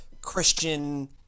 Christian